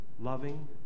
loving